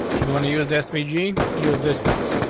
you want to use the spg, use this part.